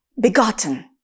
begotten